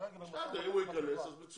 שכרגע --- בסדר, אז אם הוא ייכנס אז מצוין.